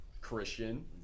Christian